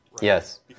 Yes